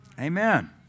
Amen